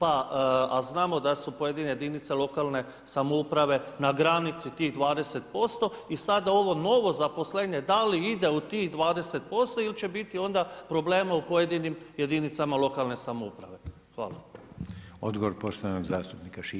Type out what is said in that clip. A znamo da su pojedine jedinice lokalne samouprave na granici tih 20% i sada ovo novo zaposlenje da li ide u tih 20% ili će biti onda problema u pojedinim jedinicama lokalne samouprave.